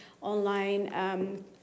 online